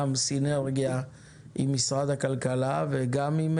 גם סינרגיה עם משרד הכלכלה וגם עם